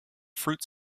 fruit